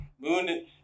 moon